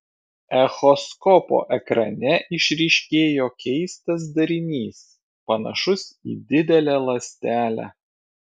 echoskopo ekrane išryškėjo keistas darinys panašus į didelę ląstelę